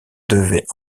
devaient